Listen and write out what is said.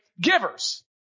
givers